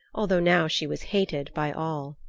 although now she was hated by all.